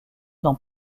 dans